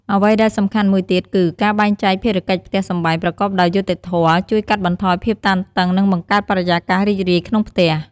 អ្វីដែលសំខាន់មួយទៀតគី ការបែងចែកភារកិច្ចផ្ទះសម្បែងប្រកបដោយយុត្តិធម៌ ជួយកាត់បន្ថយភាពតានតឹង និងបង្កើតបរិយាកាសរីករាយក្នុងផ្ទះ។